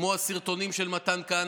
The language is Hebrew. כמו הסרטונים של מתן כהנא,